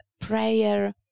prayer